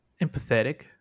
empathetic